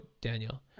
Daniel